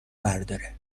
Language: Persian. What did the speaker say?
برداره